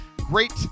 great